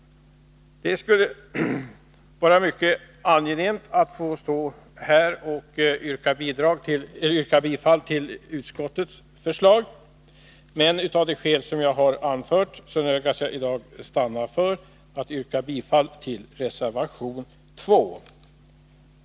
Det skulle ha varit mycket angenämt om jag här hade kunnat yrka bifall till utskottets förslag, men av de skäl som jag har anfört nödgas jag i dag stanna för att yrka bifall till reservation 2 a.